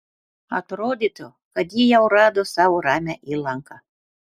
atrodytų kad ji jau rado savo ramią įlanką